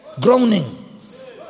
groanings